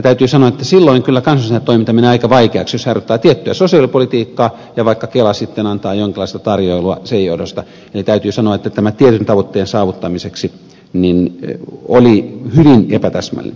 täytyy sanoa että silloin kyllä kansanedustajan toiminta menee aika vaikeaksi jos hän harjoittaa tiettyä sosiaalipolitiikkaa ja vaikkapa kela sitten antaa jonkinlaista tarjoilua sen johdosta eli täytyy sanoa että tämä tietyn tavoitteen saavuttamiseksi oli hyvin epätäsmällinen ilmaus